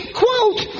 quote